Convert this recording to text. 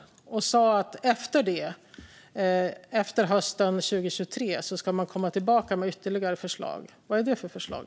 Regeringen sa också att man därefter, efter hösten 2023, ska komma tillbaka med ytterligare förslag. Vad är det för förslag?